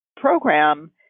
program